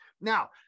Now